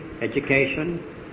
education